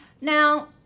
now